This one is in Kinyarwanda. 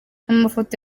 amafoto